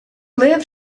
live